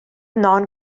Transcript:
non